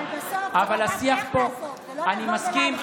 אבל בסוף צריך לדעת איך לעשות, ולא לבוא ולהנחית,